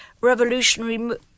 revolutionary